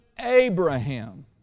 Abraham